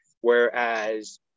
Whereas